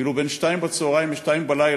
ואילו בין 14:00 ל-02:00